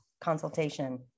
consultation